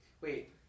Wait